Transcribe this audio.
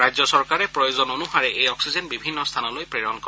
ৰাজ্য চৰকাৰে প্ৰয়োজন অনুসাৰে এই অক্সিজেন বিভিন্ন স্থানলৈ প্ৰেৰণ কৰে